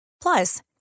Plus